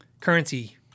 currency